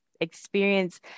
experience